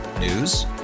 News